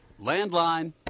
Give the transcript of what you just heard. Landline